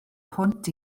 hwnt